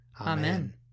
Amen